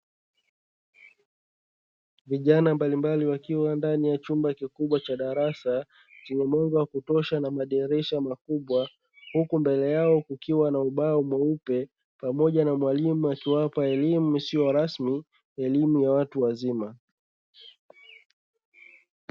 Vijana mbalimbali wakiwa ndani ya chumba kikubwa cha darasa chenye mwanga wa kutosha na madirisha makubwa, huku mbele yao kukiwa na ubao mweupe pamoja na mwalimu akiwapa elimu isiyo rasmi, elimu ya watu wazima.